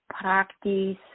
practice